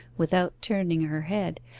without turning her head,